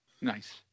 Nice